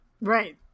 Right